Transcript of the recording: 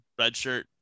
redshirt